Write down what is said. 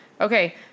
Okay